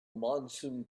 monsoon